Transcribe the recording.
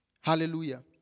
Hallelujah